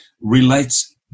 relates